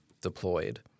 deployed